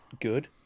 good